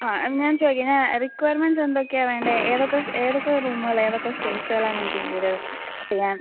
ആ ഞാൻ ചോദിക്കുന്നത് റിക്വയർമെൻ്റ്സ് എന്തൊക്കെയാണ് വേണ്ടത് ഏതൊക്കെ ഏതൊക്കെ റൂമുകളാണ് ഏതൊക്കെ സ്പേസുകളാണ് നിങ്ങൾക്ക് ഇൻ്റീരിയറ് ചെയ്യാൻ